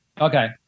okay